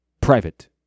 private